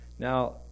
Now